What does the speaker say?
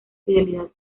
fidelidad